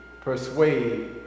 persuade